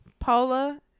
Paula